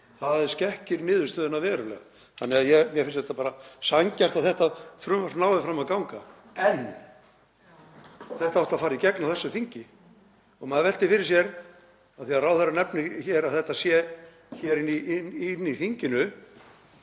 Það skekkir niðurstöðunni verulega. Mér finnst það því bara sanngjarnt að þetta frumvarp nái fram að ganga. En þetta átti að fara í gegn á þessu þingi. Og maður veltir fyrir sér, af því að hæstv. ráðherra nefnir hér að þetta sé hér inni í þinginu,